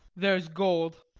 there s gold.